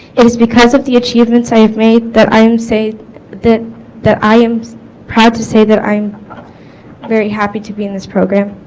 it is because of the achievements i have made that i am safe that that i am proud to say that i am very happy to be in this program